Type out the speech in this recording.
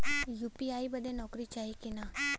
UPI बदे नौकरी चाही की ना?